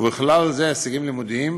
ובכלל זה הישגים לימודיים,